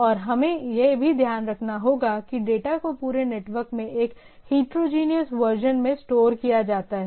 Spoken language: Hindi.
और हमें यह भी ध्यान रखना होगा कि डेटा को पूरे नेटवर्क में एक हेट्रोजीनियस वर्जन में स्टोर किया जाता है